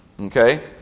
Okay